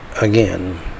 again